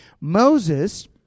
moses